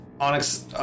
Onyx